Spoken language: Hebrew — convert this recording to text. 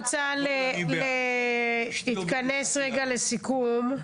אני רוצה להתכנס לסיכום.